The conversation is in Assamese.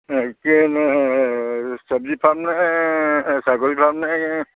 চব্জি ফাৰ্ম নে ছাগলী ফাৰ্ম নে